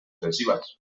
ofensivas